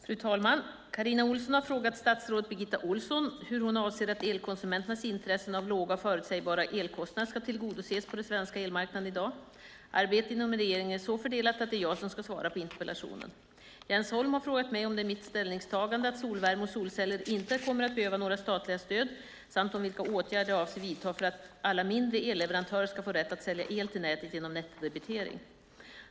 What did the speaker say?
Fru talman! Carina Ohlsson har frågat statsrådet Birgitta Ohlsson hur hon avser att elkonsumenternas intressen av låga och förutsägbara elkostnader ska tillgodoses på den svenska elmarknaden i dag. Arbetet inom regeringen är så fördelat att det är jag som ska svara på interpellationen. Jens Holm har frågat mig om det är mitt ställningstagande att solvärme och solceller inte kommer att behöva några statliga stöd samt om vilka åtgärder jag avser att vidta för att alla mindre elleverantörer ska få rätt att sälja el till nätet genom så kallad nettodebitering.